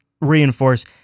reinforce